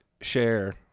share